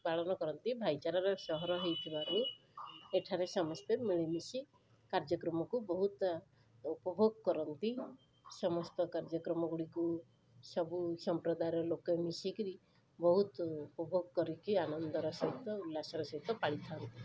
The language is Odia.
ପାଳନ କରନ୍ତି ଭାଇଚାରାର ସହର ହେଇଥିବାରୁ ଏଠାରେ ସମସ୍ତେ ମିଳିମିଶି କାର୍ଯ୍ୟକ୍ରମକୁ ବହୁତ ଉପଭୋଗ କରନ୍ତି ସମସ୍ତ କାର୍ଯ୍ୟକ୍ରମଗୁଡ଼ିକୁ ସବୁସମ୍ପ୍ରଦାୟର ଲୋକ ମିଶିକିରି ବହୁତ ଉପଭୋଗ କରିକି ଆନନ୍ଦର ସହିତ ଉଲ୍ଲାସର ସହିତ ପାଳିଥାନ୍ତି